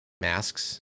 masks